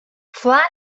flat